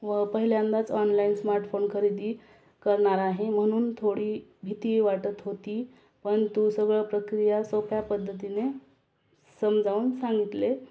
व पहिल्यांदाच online smartphone खरेदी करणार आहे म्हणून थोडी भीती वाटत होती पण तू सगळं प्रक्रिया सोप्या पद्धतीने समजावून सांगितले